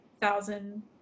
thousand